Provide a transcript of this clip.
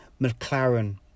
McLaren